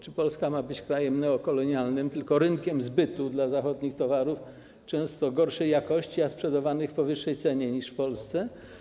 Czy Polska ma być krajem neokolonialnym, tylko rynkiem zbytu dla zachodnich towarów, często gorszej jakości, a sprzedawanych po wyższej cenie niż polskie?